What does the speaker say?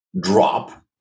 drop